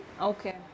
Okay